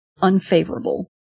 unfavorable